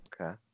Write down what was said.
Okay